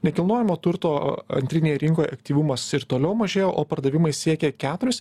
nekilnojamo turto antrinėje rinkoje aktyvumas ir toliau mažėjo o pardavimai siekė keturis